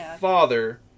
father